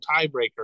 tiebreaker